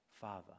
Father